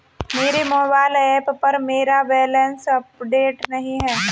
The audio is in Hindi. मेरे मोबाइल ऐप पर मेरा बैलेंस अपडेट नहीं है